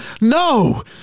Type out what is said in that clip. no